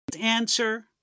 answer